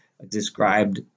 described